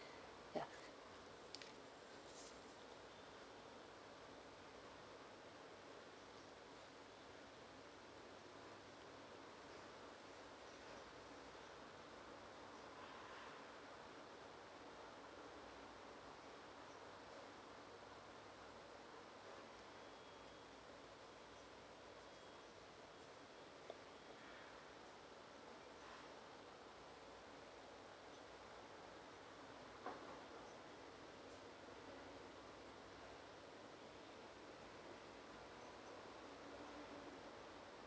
ya